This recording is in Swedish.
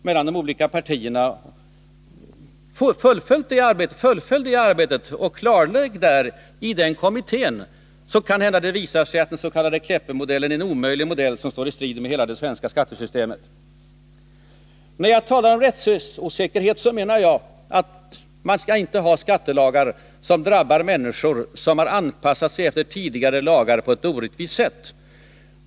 Fullfölj i stället utredningsarbetet i den kommittén, så kanske det visar sig att den s.k. Kleppemodellen är en omöjlig modell som står i strid med hela det svenska skattesystemet. När jag talar om rättsosäkerhet menar jag att man inte skall ha skattelagar som på ett orättvist sätt drabbar människor som har anpassat sig efter tidigare lagar.